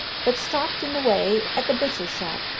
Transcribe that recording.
but stopped in the way at the butcher's shop,